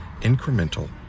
incremental